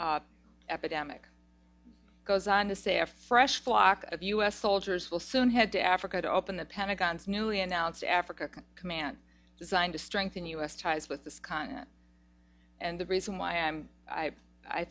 global epidemic goes on to say a fresh flock of u s soldiers will soon head to africa to open the pentagon's newly announced african command designed to strengthen u s ties with this continent and the reason why am i i